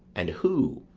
and who,